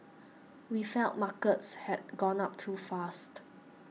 we felt markets had gone up too fast